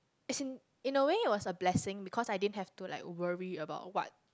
as in in a way was a blessing because I didn't have to like worry about what